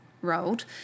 rolled